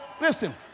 Listen